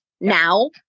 now